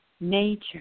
nature